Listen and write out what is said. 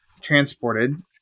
transported